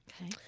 Okay